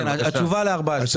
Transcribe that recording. התשובה ל-14.